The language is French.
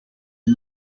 est